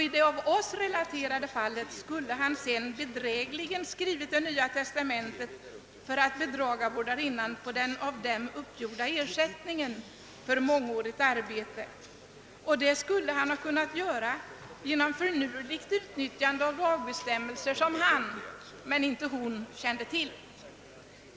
I det av oss relaterade fallet skulle vederbö rande alltså bedrägligen ha skrivit det nya testamentet för att undandraga vårdarinnan den dem emellan uppgjorda ersättningen för mångårigt arbete. Detta skulle han ha kunnat göra genom finurligt utnyttjande av lagbestämmelser som han men inte kvinnan kände till.